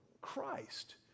Christ